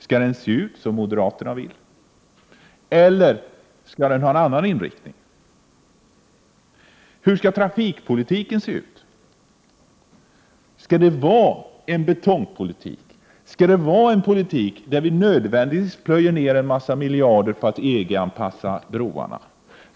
Skall den se ut som moderaterna vill eller skall den ha en annan inriktning? Hur skall trafikpolitiken se ut? Skall det vara en betongpolitik, skall det vara en politik där vi nödvändigtvis plöjer ner en massa miljarder i att EG-anpassa broarna?